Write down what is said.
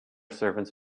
servants